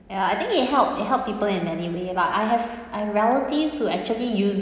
ya I think it help it help people in many way but I have I have relatives who actually use